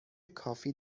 کافی